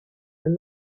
and